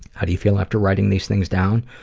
how do you feel after writing these things down?